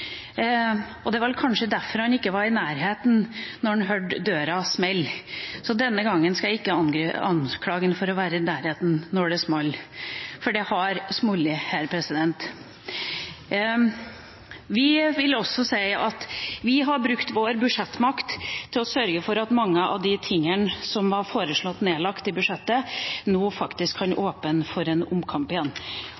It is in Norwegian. Det er vel kanskje derfor han ikke var i nærheten da han hørte døra smelle, så denne gangen skal jeg ikke anklage ham for å være i nærheten da det smalt. For det har smelt her. Vi vil også si at vi har brukt vår budsjettmakt til å sørge for at når det gjelder mange av de tingene som var foreslått nedlagt i budsjettet, kan det nå faktisk